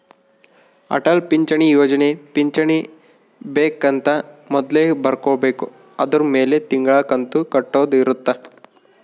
ಅಟಲ್ ಪಿಂಚಣಿ ಯೋಜನೆ ಪಿಂಚಣಿ ಬೆಕ್ ಅಂತ ಮೊದ್ಲೇ ಬರ್ಕೊಬೇಕು ಅದುರ್ ಮೆಲೆ ತಿಂಗಳ ಕಂತು ಕಟ್ಟೊದ ಇರುತ್ತ